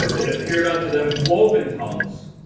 ah it appeared onto them cloven tongues,